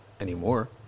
Anymore